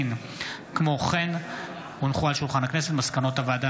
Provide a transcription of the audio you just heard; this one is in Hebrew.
כמו כן הונחו על שולחן הכנסת מסקנות הוועדה